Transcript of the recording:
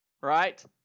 Right